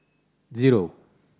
zero